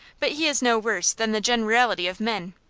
but he is no worse than the generality of men.